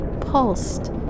pulsed